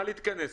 בשביל מה להתכנס?